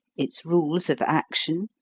its rules of action,